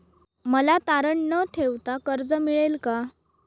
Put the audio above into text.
मला तारण न ठेवता कर्ज मिळेल का?